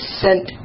sent